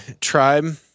tribe